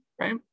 right